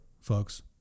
folks